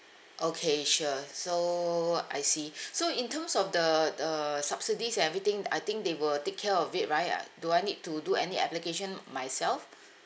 okay sure so I see so in terms of the the subsidies and everything I think they will take care of it right I do I need to do any application myself